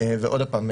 ועוד פעם,